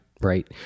right